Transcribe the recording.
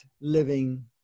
living